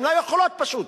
הן לא יכולות, פשוט.